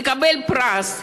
מקבל פרס,